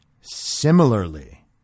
Similarly